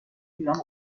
ایران